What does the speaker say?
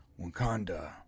Wakanda